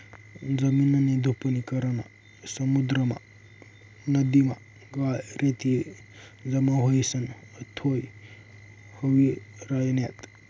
जमीननी धुपनी कारण समुद्रमा, नदीमा गाळ, रेती जमा व्हयीसन उथ्थय व्हयी रायन्यात